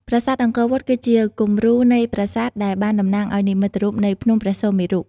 ប្រាសាទអង្គរវត្តគឺជាគំរូនៃប្រាសាទដែលបានតំណាងឲ្យនិមិត្តរូបនៃភ្នំព្រះសុមេរុ។